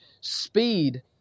speed